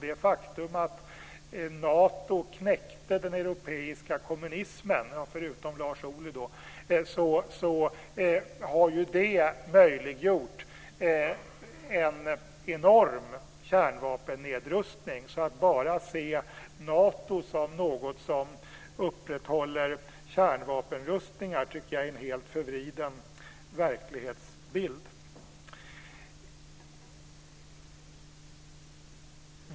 Det faktum att Nato knäckte den europeiska kommunismen - förutom Lars Ohly då - har ju möjliggjort en enorm kärnvapennedrustning. Så att bara se Nato som något som upprätthåller kärnvapenrustningar tycker jag är en helt förvriden verklighetsbild.